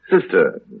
sister